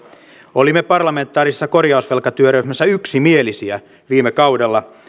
olimme parlamentaarisessa korjausvelkatyöryhmässä yksimielisiä viime kaudella